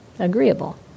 agreeable